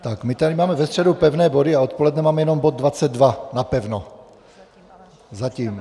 Tak my tady máme ve středu pevné body a odpoledne máme jenom bod 22, napevno, zatím.